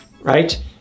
right